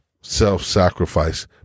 self-sacrifice